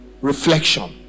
reflection